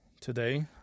today